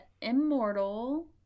immortal